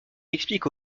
explique